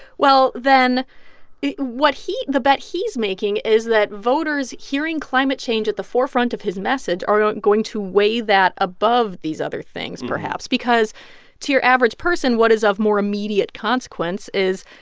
well then what he the bet he's making is that voters hearing climate change at the forefront of his message are going to weigh that above these other things, perhaps. because to your average person, what is of more immediate consequence is,